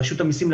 רשות המסים,